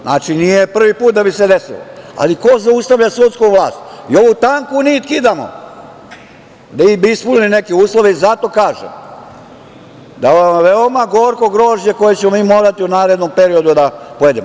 Znači, nije prvi put da bi se desilo, ali ko zaustavlja sudsku vlast, i ovu tanku nit kidamo, da ispune neke uslove i zato kažem, da je veoma gorko grožđe koje ćemo mi morati u narednom periodu da pojedemo.